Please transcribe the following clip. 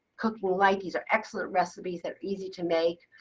cooking light these are excellent recipes that are easy to make.